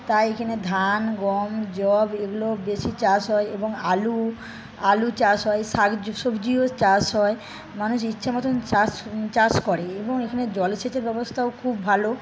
তাই এখানে ধান গম যব এগুলো বেশি চাষ হয় এবং আলু আলু চাষ হয় শাক সবজিও চাষ হয় মানুষ ইচ্ছা মতন চাষ চাষ করে এবং জলসেচের ব্যবস্থাও খুব ভালো